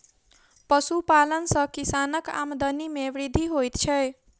पशुपालन सॅ किसानक आमदनी मे वृद्धि होइत छै